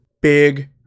big